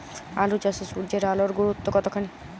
আলু চাষে সূর্যের আলোর গুরুত্ব কতখানি?